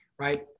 right